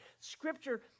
Scripture